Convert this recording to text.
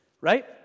right